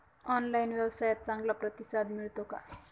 Online व्यवसायात चांगला प्रतिसाद मिळतो का?